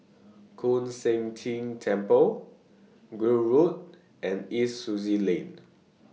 Koon Seng Ting Temple Gul Road and East Sussex Lane